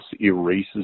erases